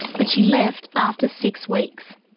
but she left after six weeks.